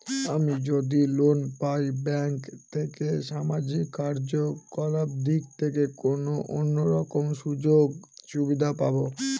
আমি যদি লোন পাই ব্যাংক থেকে সামাজিক কার্যকলাপ দিক থেকে কোনো অন্য রকম সুযোগ সুবিধা পাবো?